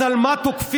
אז על מה תוקפים?